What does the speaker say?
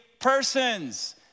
persons